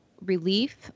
relief